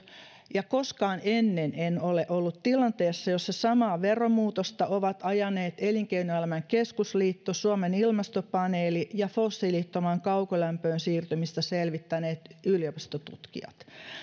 ja koskaan ennen en ole ollut tilanteessa jossa samaa veromuutosta ovat ajaneet elinkeinoelämän keskusliitto suomen ilmastopaneeli ja fossiilittomaan kaukolämpöön siirtymistä selvittäneet yliopistotutkijat